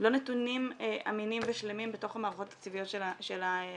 לא נתונים אמינים ושלמים בתוך המערכות התקציביות של הממשלה,